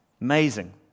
Amazing